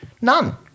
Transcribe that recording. None